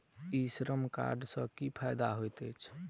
ई Shram card सँ की फायदा होइत अछि?